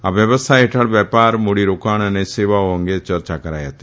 આ વ્યવસ્થા હેઠળ વેપાર મુડી રોકાણ અને સેવાઓ અંગે ચર્ચા કરાશે